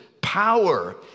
power